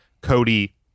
Cody